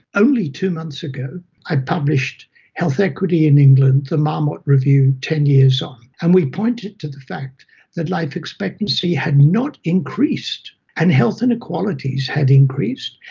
only two months ago i published health equity in england the marmot review ten years on, and we pointed to the fact that life expectancy had not increased, and health inequalities had increased,